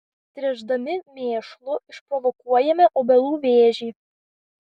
tręšdami mėšlu išprovokuojame obelų vėžį